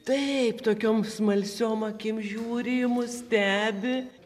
taip tokiom smalsiom akim žiūri į mus stebi